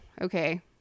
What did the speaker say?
okay